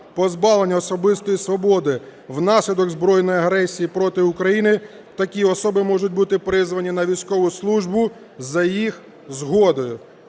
позбавлення особистої свободи внаслідок збройної агресії проти України, такі особи можуть бути призвані на військову службу за їх згодою".